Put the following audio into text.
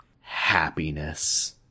happiness